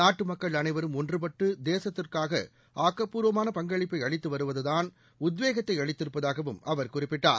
நாட்டு மக்கள் அனைவரும் ஒன்றுபட்டு தேசத்துக்காக ஆக்கப்பூர்வமான பங்களிப்கை அளித்து வருவதுதான் உத்வேகத்தை அளித்திருப்பதாகவும் அவர் குறிப்பிட்டார்